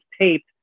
taped